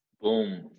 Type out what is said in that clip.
Boom